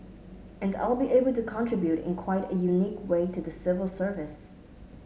and I'll be able to contribute in quite a unique way to the civil service